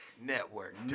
Network